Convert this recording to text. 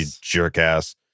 jerk-ass